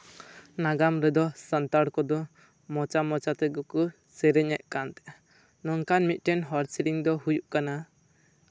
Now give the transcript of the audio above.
ᱱᱟᱜᱟᱢ ᱨᱮᱫᱚ ᱥᱟᱱᱛᱟᱲ ᱠᱚᱫᱚ ᱢᱚᱪᱟ ᱢᱚᱪᱟ ᱛᱮᱜᱮ ᱠᱚ ᱥᱮᱨᱮᱧ ᱮᱫ ᱠᱟᱱ ᱛᱟᱦᱮᱸᱫᱼᱟ ᱱᱚᱝᱠᱟᱱ ᱢᱤᱫᱴᱮᱱ ᱦᱚᱲ ᱥᱮᱨᱮᱧ ᱫᱚ ᱦᱩᱭᱩᱜ ᱠᱟᱱᱟ